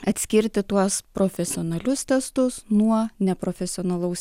atskirti tuos profesionalius testus nuo neprofesionalaus